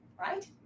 right